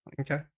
Okay